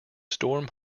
storm